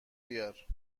بیار